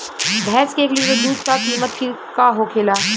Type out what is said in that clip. भैंस के एक लीटर दूध का कीमत का होखेला?